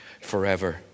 forever